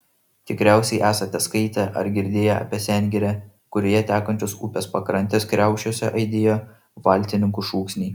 tikriausiai esate skaitę ar girdėję apie sengirę kurioje tekančios upės pakrantės kriaušiuose aidėjo valtininkų šūksniai